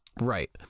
Right